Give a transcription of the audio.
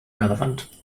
relevant